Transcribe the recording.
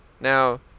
Now